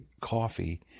coffee